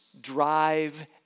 drive